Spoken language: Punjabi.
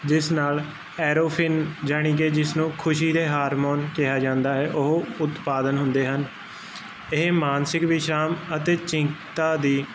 ਜਿਸ ਨਾਲ ਐਰੋਫਿਨ ਜਾਨੀ ਕਿ ਜਿਸ ਨੂੰ ਖੁਸ਼ੀ ਦੇ ਹਾਰਮੋਨ ਕਿਹਾ ਜਾਂਦਾ ਹੈ ਉਹ ਉਤਪਾਦਨ ਹੁੰਦੇ ਹਨ ਇਹ ਮਾਨਸਿਕ ਵਿਸ਼ਰਾਮ ਅਤੇ ਚਿੰਤਾ ਦੀ